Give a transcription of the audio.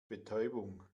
betäubung